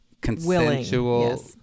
consensual